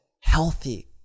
healthy